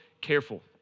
careful